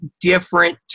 different